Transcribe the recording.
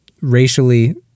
racially